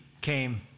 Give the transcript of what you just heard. came